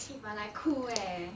eh but like cool eh